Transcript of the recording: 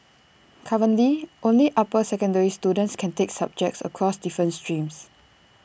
currently only upper secondary students can take subjects across different streams